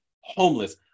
homeless